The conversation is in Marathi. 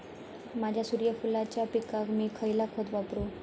माझ्या सूर्यफुलाच्या पिकाक मी खयला खत वापरू?